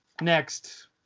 Next